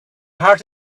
heart